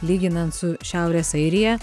lyginant su šiaurės airija